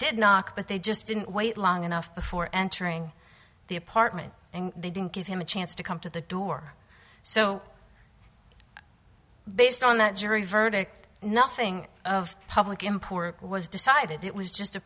did not but they just didn't wait long enough before entering the apartment and they didn't give him a chance to come to the door so based on that jury verdict nothing of public import was decided it was just a